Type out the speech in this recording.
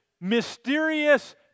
mysterious